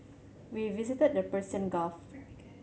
we visited the Persian Gulf